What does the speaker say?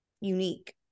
unique